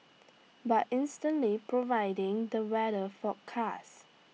by instantly providing the weather forecast